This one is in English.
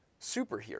superhero